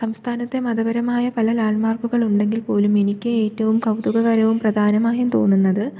സംസ്ഥാനത്തെ മതപരമായ പല ലാൻഡ്മാർക്കുണ്ടെങ്കിൽ പോലും എനിക്ക് ഏറ്റവും കൗതുകകരവും പ്രധാനമായും തോന്നുന്നത്